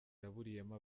yaburiyemo